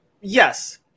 Yes